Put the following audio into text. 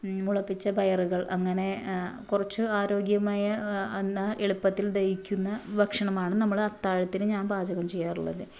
മുളപ്പിച്ച പയറുകള് അങ്ങനെ കുറച്ച് ആരോഗ്യമായ എന്നാല് എളുപ്പത്തില് ദഹിക്കുന്ന ഭക്ഷണമാണ് നമ്മൾ അത്താഴത്തിന് ഞാന് പാചകം ചെയ്യാറുള്ളത്